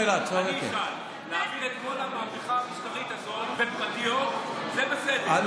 להעביר את כל המהפכה המשטרית הזאת בפרטיות זה בסדר,